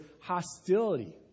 hostility